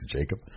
Jacob